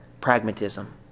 pragmatism